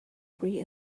free